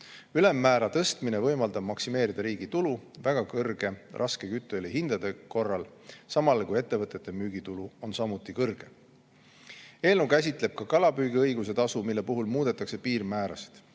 Ülemmäära tõstmine võimaldab maksimeerida riigi tulu raske kütteõli väga kõrge hinna korral, samal ajal kui ettevõtete müügitulu on samuti kõrge. Eelnõu käsitleb ka kalapüügiõiguse tasu, mille puhul muudetakse piirmäärasid.